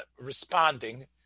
responding